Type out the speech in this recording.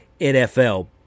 NFL